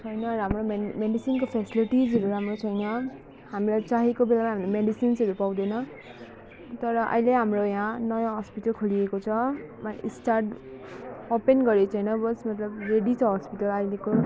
छैन राम्रो मेन मेडिसिनको फेसलिटिसहरू राम्रो छैन हामीलाई चाहिएको बेलामा हामीलाई मेडिसिन्सहरू पाउँदैन तर अहिले हाम्रो यहाँ नयाँ हस्पिटल खोलिएको छ मा स्टार्ट ओपेन गरेको छैन वस मतलब रेडी छ हस्पिटल अहिलेको